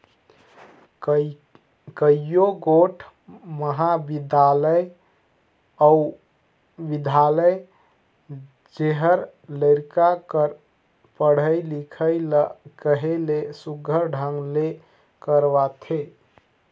कइयो गोट महाबिद्यालय अउ बिद्यालय जेहर लरिका कर पढ़ई लिखई ल कहे ले सुग्घर ढंग ले करवाथे